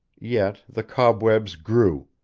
yet the cobwebs grew